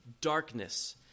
darkness